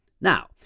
Now